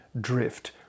drift